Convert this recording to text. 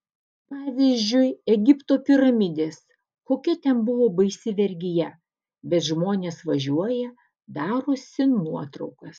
pavyzdžiui egipto piramidės kokia ten buvo baisi vergija bet žmonės važiuoja darosi nuotraukas